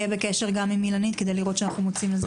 אהיה בקשר גם עם אילנית כדי לראות שאנחנו מוצאים לזה פתרון.